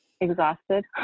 exhausted